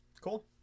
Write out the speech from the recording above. Cool